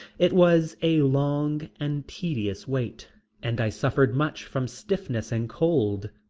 it was a long and tedious wait and i suffered much from stiffness and cold,